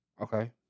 Okay